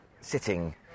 ...sitting